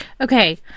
Okay